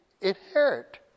inherit